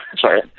Sorry